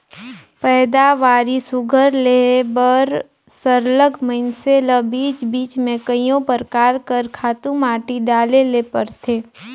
पएदावारी सुग्घर लेहे बर सरलग मइनसे ल बीच बीच में कइयो परकार कर खातू माटी डाले ले परथे